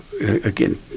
again